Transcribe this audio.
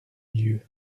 lieux